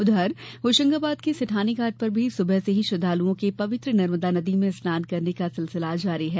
उधर होशंगाबाद के सेठानी घाट पर भी सुबह से ही श्रद्वालुओं के पवित्र नर्मदा नदी में स्नान करने का सिलसिला जारी है